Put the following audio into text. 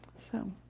so